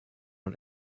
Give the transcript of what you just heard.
und